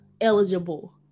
eligible